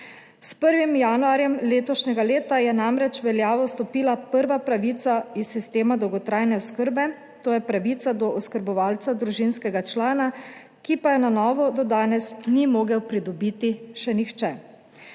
S 1. januarjem letošnjega leta je namreč v veljavo stopila prva pravica iz sistema dolgotrajne oskrbe, to je pravica do oskrbovalca družinskega člana, ki pa je na novo do danes ni mogel pridobiti še nihče.